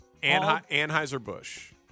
Anheuser-Busch